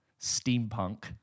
Steampunk